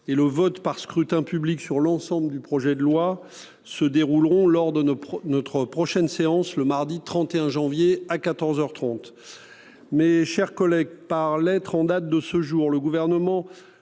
et le vote par scrutin public sur l'ensemble du projet de loi se dérouleront lors de notre prochaine séance le mardi 31 janvier à 14h 30. Mais, chers collègues par lettre en date de ce jour, le gouvernement